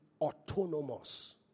autonomous